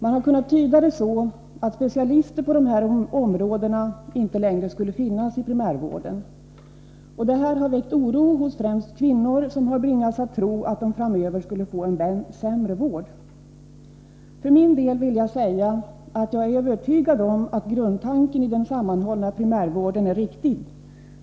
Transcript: Man har kunnat tyda det så att specialister på dessa områden inte längre skulle finnas inom primärvården. Detta har väckt oro hos främst kvinnor, som har bringats att tro att de framöver skulle få en sämre vård. För min del vill jag säga, att jag är övertygad om att grundtanken i den sammanhållna primärvården är riktig.